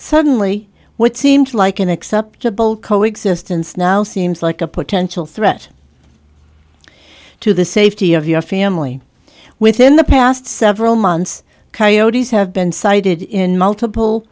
suddenly what seemed like an acceptable coexistence now seems like a potential threat to the safety of your family within the past several months coyotes have been sighted in multiple